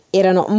erano